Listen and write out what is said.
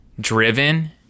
driven